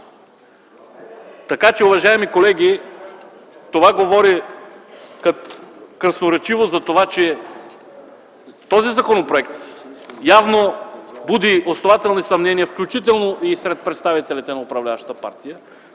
Така че, уважаеми колеги, това говори красноречиво за това, че този законопроект явно буди основателни съмнения, включително и сред представителите на управляващата партия